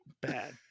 bad